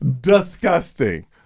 disgusting